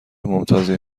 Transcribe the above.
ممتازی